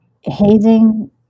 hazing